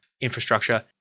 infrastructure